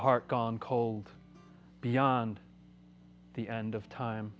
heart gone cold beyond the end of time